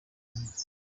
nyuma